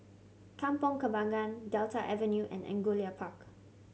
Kampong Kembangan Delta Avenue and Angullia Park